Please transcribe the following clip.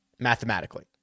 Mathematically